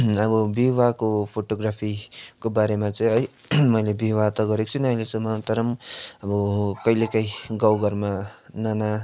अब विवाहको फोटोग्राफीको बारैमा चाहिँ है मैले विवाह त गरेको छुइनँ अहिलेसम्म त तर पनि अब कहिले काहीँ गाउँ घरमा नाना